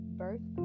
birth